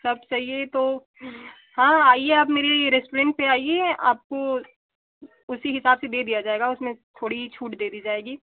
सब चाहिए तो हाँ आइए आप मेरे रेस्टोरेंट पर आइए आपको उसी के हिसाब से दे दिया जाएगा उसमें थोड़ी छूट दे दी जाएगी